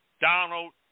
Donald